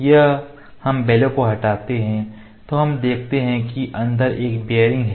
जब हम बेलोव को हटाते हैं तो हम देख सकते हैं कि अंदर एक बीयरिंग है